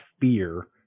fear